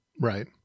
right